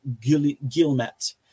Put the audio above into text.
gilmet